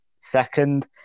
second